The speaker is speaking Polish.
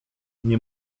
nie